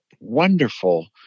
wonderful